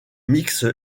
mix